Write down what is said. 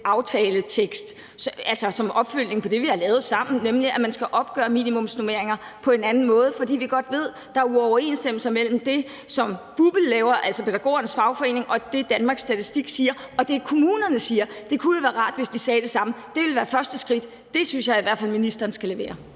aftaletekst som opfølgning på det, vi har lavet sammen, nemlig at man skal opgøre minimumsnormeringer på en anden måde, fordi vi godt ved, at der er uoverensstemmelser mellem det, som BUPL, altså pædagogernes fagforening, laver, og det, Danmarks Statistik siger, og det, kommunerne siger. Det kunne jo være rart, hvis de sagde det samme. Det ville være første skridt, og det synes jeg i hvert fald ministeren skal levere.